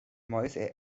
mäuse